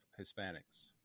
Hispanics